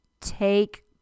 take